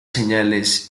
señales